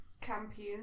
campaign